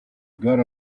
got